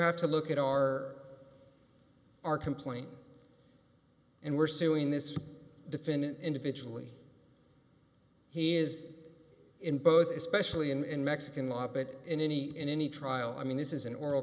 have to look at our our complaint and we're suing this defendant individually he is in both especially and mexican law but in any in any trial i mean this is an oral